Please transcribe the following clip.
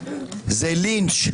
לינץ'.